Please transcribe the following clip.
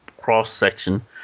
cross-section